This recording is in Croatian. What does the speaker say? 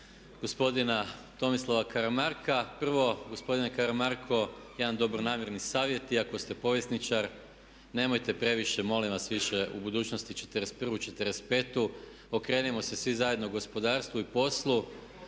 gospodina Tomislava Karamarka. Prvo, gospodine Karamarko, jedan dobronamjerni savjet, iako ste povjesničar, nemojte previše molim vas više u budućnosti '41. i '45. Okrenimo se svi zajedno gospodarstvu i poslu,